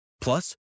Plus